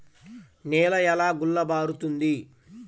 నేల ఎలా గుల్లబారుతుంది?